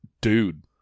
dude